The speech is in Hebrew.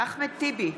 אחמד טיבי,